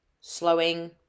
slowing